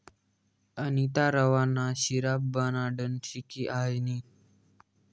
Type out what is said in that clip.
अनीता रवा ना शिरा बनाडानं शिकी हायनी